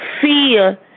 fear